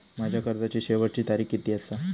माझ्या कर्जाची शेवटची तारीख किती आसा?